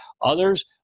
Others